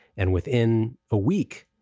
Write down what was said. and within a week,